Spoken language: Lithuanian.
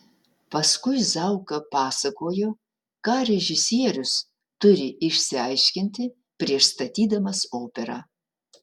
paskui zauka pasakojo ką režisierius turi išsiaiškinti prieš statydamas operą